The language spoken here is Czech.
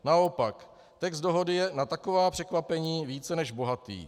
Naopak, text dohody je na taková překvapení více než bohatý.